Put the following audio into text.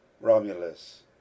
Romulus